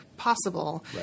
possible